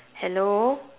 hello